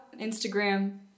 Instagram